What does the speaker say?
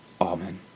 Amen